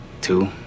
Two